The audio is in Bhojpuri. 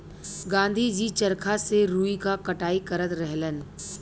गाँधी जी चरखा से रुई क कटाई करत रहलन